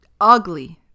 ugly